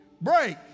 break